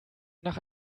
nach